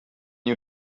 you